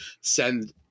send